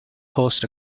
host